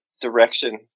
direction